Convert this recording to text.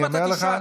אני אומר לך.